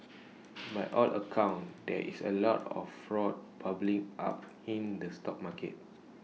by all accounts there is A lot of frog public up in the stock market